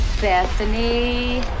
Bethany